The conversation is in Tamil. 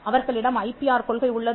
அவர்களிடம் ஐபிஆர் கொள்கை உள்ளது